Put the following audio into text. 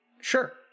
Sure